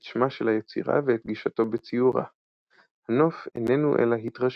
את שמה של היצירה ואת גישתו בציורה"הנוף איננו אלא התרשמות,